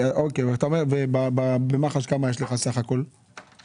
וכמה אתה אומר שיש לך בסך הכל במח"ש?